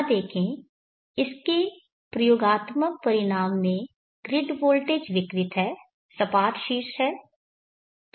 यहां देखें इसके प्रयोगात्मक परिणाम में ग्रिड वोल्टेज विकृत है सपाट शीर्ष है